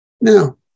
Now